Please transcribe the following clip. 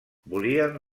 volien